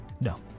No